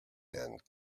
and